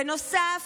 בנוסף,